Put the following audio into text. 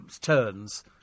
turns